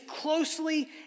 closely